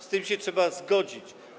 Z tym się trzeba zgodzić.